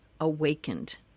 awakened